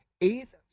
eighth